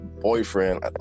boyfriend